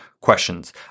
questions